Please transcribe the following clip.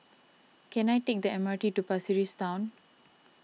can I take the M R T to Pasir Ris Town